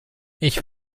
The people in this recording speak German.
ich